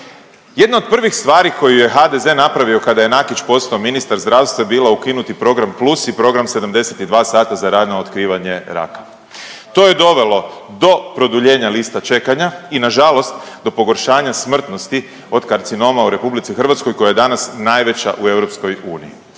jedna od prvih stvari koju je HDZ napravio kada je Nakić postao ministar zdravstva je bila ukinuti Program Plus i Program 72 sata za rano otkrivanje raka. To je dovelo do produljenja lista čekanja i nažalost do pogoršanja smrtnosti od karcinoma u RH koja je danas najveća u EU.